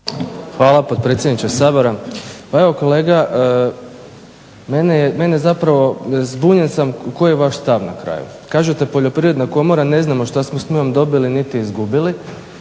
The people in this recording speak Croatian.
Hvala, potpredsjedniče Sabora. Pa evo kolega zbunjen sam koji je vaš stav na kraju. Kažete Poljoprivredna komora ne znamo šta smo s njom dobili niti izgubili